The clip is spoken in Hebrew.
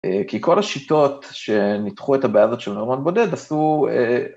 כי כל השיטות שניתחו את הבעיה הזאת של נוירון בודד עשו...